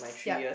yup